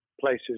places